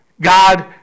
God